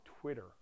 Twitter